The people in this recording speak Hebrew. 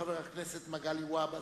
חבר הכנסת מגלי והבה,